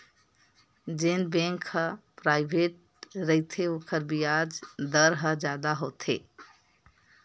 जेन बेंक ह पराइवेंट रहिथे ओखर बियाज दर ह जादा होथे